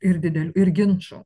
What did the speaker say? ir didelių ir ginčo